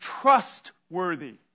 trustworthy